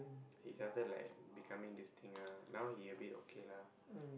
he's also like becoming this thing ah now he a bit okay lah